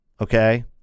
okay